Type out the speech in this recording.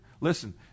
listen